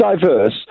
diverse